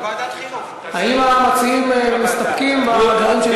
האם המציעים מסתפקים בדברים שנאמרו?